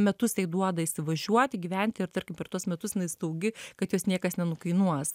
metus tai duoda įsivažiuoti gyventi ir tarkim per tuos metus jinai saugi kad jos niekas nenukainuos